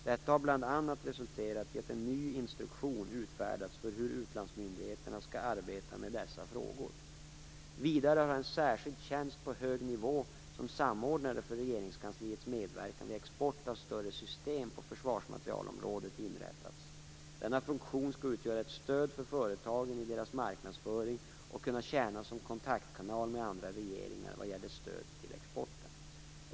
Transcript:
Detta har bl.a. resulterat i att en ny instruktion utfärdats för hur utlandsmyndigheterna skall arbeta med dessa frågor. Vidare har en särskild tjänst på hög nivå som samordnare för Regeringskansliets medverkan vid export av större system på försvarsmaterielområdet inrättats. Denna funktion skall utgöra ett stöd för företagen i deras marknadsföring och kunna tjäna som kontaktkanal med andra regeringar vad gäller stöd till exporten.